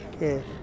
yes